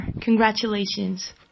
Congratulations